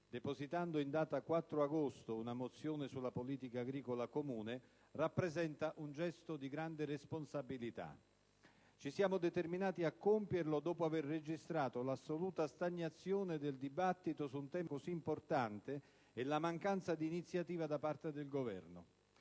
depositando, in data 4 agosto, una mozione sulla politica agricola comune, rappresenta un gesto di grande responsabilità. Ci siamo determinati a compierlo dopo aver registrato l'assoluta stagnazione del dibattito su un tema così importante e la mancanza d'iniziativa da parte del Governo.